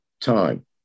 time